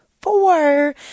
four